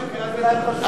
קריאת ביניים חשובה,